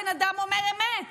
הבן אדם אומר אמת.